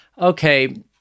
okay